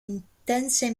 intense